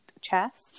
chess